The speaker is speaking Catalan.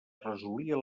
resolia